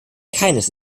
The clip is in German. keines